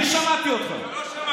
אני שמעתי אותך.